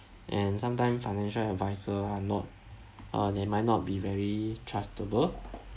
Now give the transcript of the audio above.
and sometime financial adviser are not uh they might not be very trustable